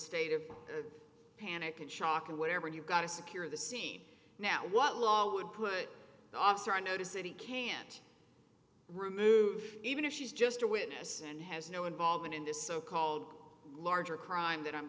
state of panic and shock and whatever you've got to secure the scene now what law would put officer on notice that he can't remove even if she's just a witness and has no involvement in this so called larger crime that i'm